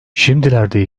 şimdilerde